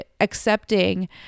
Accepting